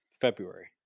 February